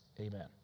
Amen